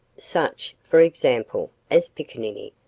such, for example, as piccaninny,